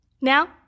Now